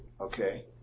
okay